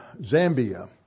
Zambia